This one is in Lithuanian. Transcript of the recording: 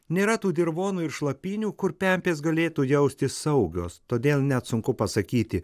nėra tų dirvonų ir šlapynių kur pempės galėtų jaustis saugios todėl net sunku pasakyti